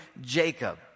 Jacob